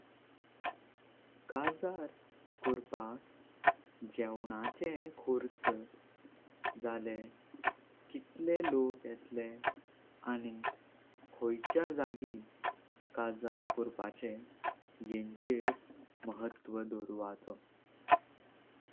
कजार कार्पाक जेवणाचे खर्च झालेम, कितले लोक येतले। आनी कॉयच्या जागी कजार कार्पाचे येंचर महत्व दवरचो।